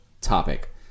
topic